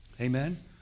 Amen